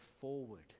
forward